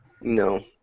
No